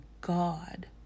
god